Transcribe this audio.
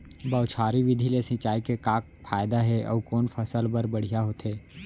बौछारी विधि ले सिंचाई के का फायदा हे अऊ कोन फसल बर बढ़िया होथे?